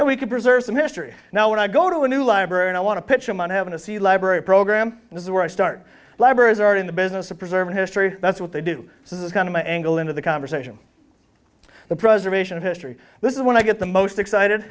and we can preserve some history now when i go to a new library and i want to pitch them on having a c library program and this is where i start libraries are in the business of preserving history that's what they do this is kind of my angle into the conversation the preservation of history this is when i get the most excited